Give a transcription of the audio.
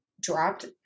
dropped